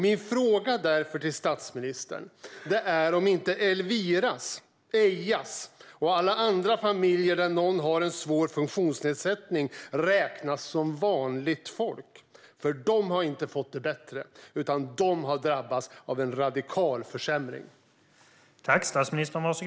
Min fråga till statsministern är därför: Räknas inte Elviras, Eijas och alla andra familjer där någon har en funktionsnedsättning som vanligt folk? De har inte fått det bättre, utan de har drabbats av en radikal försämring.